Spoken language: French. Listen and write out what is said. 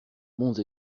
bons